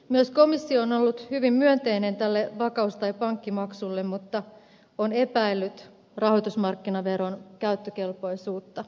myös komissio on ollut hyvin myönteinen tälle vakaus tai pankkimaksulle mutta on epäillyt rahoitusmarkkinaveron käyttökelpoisuutta